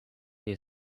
they